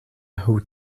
who